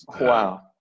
Wow